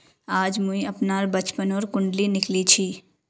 आज मुई अपनार बचपनोर कुण्डली निकली छी